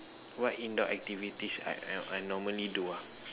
what indoor activities I I I normally do ah